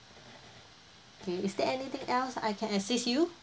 K is there anything else I can assist you